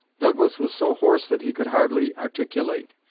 douglas was so hoarse that he could hardly articulate,